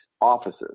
offices